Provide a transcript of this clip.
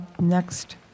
next